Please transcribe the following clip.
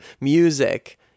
music